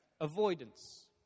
Avoidance